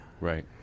Right